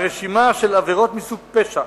רשימת עבירות מסוג פשע